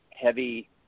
Heavy